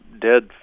dead